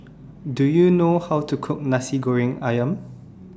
Do YOU know How to Cook Nasi Goreng Ayam